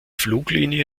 fluglinie